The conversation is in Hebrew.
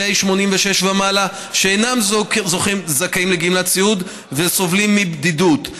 86 ומעלה שאינם זכאים לגמלת סיעוד וסובלים מבדידות,